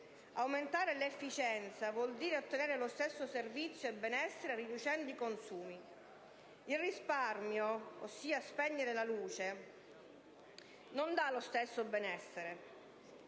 Aumentare l'efficienza vuol dire ottenere lo stesso servizio e benessere riducendo i consumi. Il risparmio, ossia spegnere la luce, non dà e non può dare lo stesso benessere.